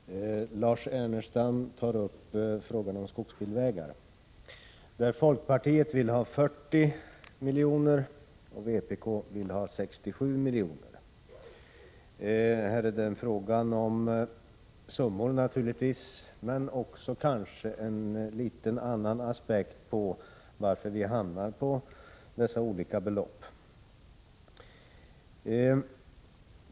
Herr talman! Lars Ernestam tar upp frågan om skogsbilvägar. Folkpartiet vill för detta ändamål anslå 40 milj.kr. och vpk 67 milj.kr. Det gäller här naturligtvis i och för sig anslagsbeloppens storlek, men det finns också en annan aspekt på att vi hamnar på dessa olika belopp.